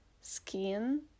skin